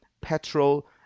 petrol